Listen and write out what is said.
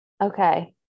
Okay